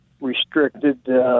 restricted